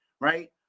right